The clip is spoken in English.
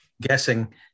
guessing